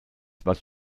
was